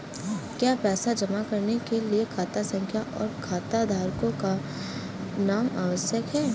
क्या पैसा जमा करने के लिए खाता संख्या और खाताधारकों का नाम आवश्यक है?